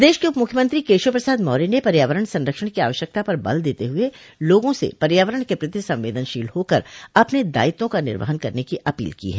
प्रदेश के उपमुख्यमंत्री केशव प्रसाद मौर्य ने पर्यावरण संरक्षण की आवश्यकता पर बल देते हुए लोगों से पर्यावरण के प्रति संवेदनशील होकर अपने दायित्वों का निर्वहन करने की अपील की है